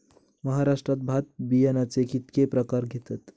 महाराष्ट्रात भात बियाण्याचे कीतके प्रकार घेतत?